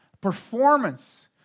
performance